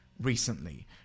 recently